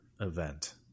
event